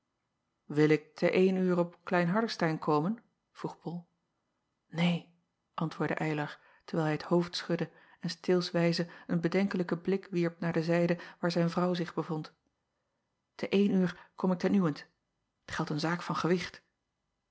il ik te een uur op lein ardestein komen vroeg ol een antwoordde ylar terwijl hij het hoofd schudde en steelswijze een bedenkelijken blik wierp naar de zijde waar zijn vrouw zich bevond te een uur kom ik ten uwent t eldt een zaak van gewicht